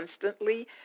constantly